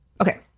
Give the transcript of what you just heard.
Okay